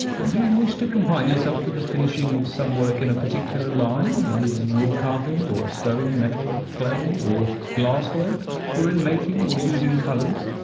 do you wish to confine yourself to the finishing of some work in a particular line as wood-carving, or stone, metal, clay or glass work or in making or using colors?